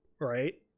Right